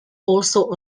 also